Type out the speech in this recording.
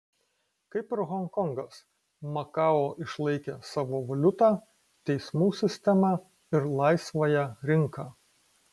kaip ir honkongas makao išlaikė savo valiutą teismų sistemą ir laisvąją rinką